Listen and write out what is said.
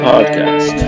Podcast